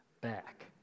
back